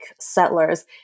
settlers